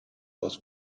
aus